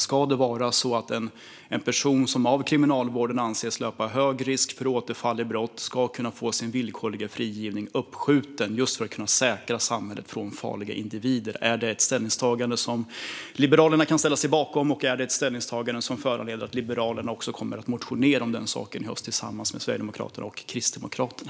Ska det vara så att en person som av kriminalvården anses löpa hög risk för återfall i brott ska kunna få sin villkorliga frigivning uppskjuten för att man ska kunna säkra samhället från farliga individer? Är det ett ställningstagande som Liberalerna kan ställa sig bakom, och är det ett ställningstagande som föranleder att Liberalerna också kommer att motionera om den saken i höst tillsammans med Sverigedemokraterna och Kristdemokraterna?